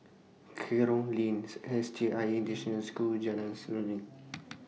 Kerong Lanes S J I International School Jalan Seruling